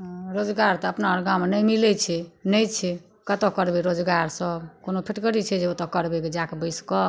हँ रोजगार तऽ अपना अर गाँममे नहि मिलै छै नहि छै कतऽ करबै रोजगार सब कोनो फैक्ट्री छै जे ओतऽ करबै गऽ जाकऽ बैसिकऽ